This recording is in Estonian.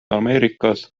ameerikas